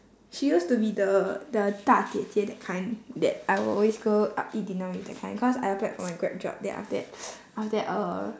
she used to be the the 大姐姐 that kind that I will always go uh eat dinner with that kind cause I applied for my grab job then after that after that uh